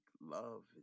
love